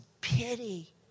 pity